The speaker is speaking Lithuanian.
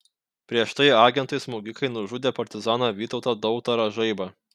prieš tai agentai smogikai nužudė partizaną vytautą dautarą žaibą